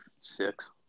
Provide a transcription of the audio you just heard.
six